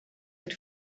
had